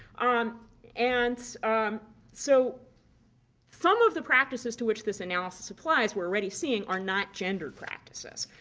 ah um and so some of the practices to which this analysis applies we're already seeing are not gender practices.